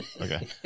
Okay